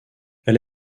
elle